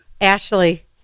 Ashley